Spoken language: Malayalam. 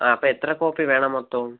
ആ അപ്പം എത്ര കോപ്പി വേണം മൊത്തോം